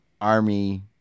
army